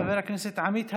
חבר הכנסת עמית הלוי,